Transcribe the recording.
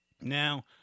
Now